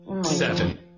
Seven